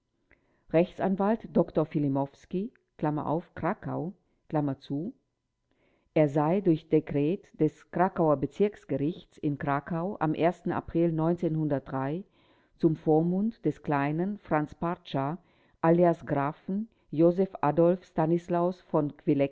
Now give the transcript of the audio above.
rechtsanwalt dr filimowski krakau er sei durch dekret des k k bezirksgerichts in krakau am april zum vormund des kleinen franz pracza alias grafen josef adolf stanislaus